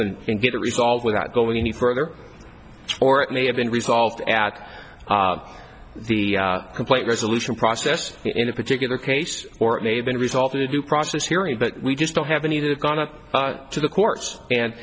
to and get it resolved without going any further or it may have been resolved at the complaint resolution process in a particular case or it may have been resolved to due process hearing but we just don't have any that have gone out to the courts and